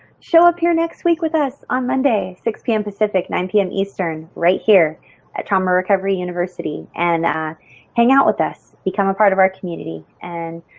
show up here next week with us on monday six pm pacific, nine pm eastern right here at trauma recovery university and hang out with us, become a part of our community. and